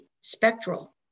spectral